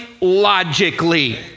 logically